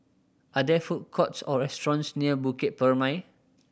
are there food courts or restaurants near Bukit Purmei